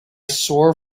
sore